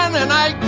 um and i